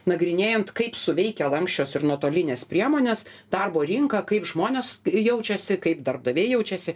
nagrinėjant kaip suveikia lanksčios ir nuotolinės priemonės darbo rinka kaip žmonės jaučiasi kaip darbdaviai jaučiasi